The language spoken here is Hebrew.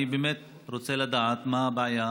אני באמת רוצה לדעת מה הבעיה